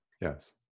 Yes